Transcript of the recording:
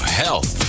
health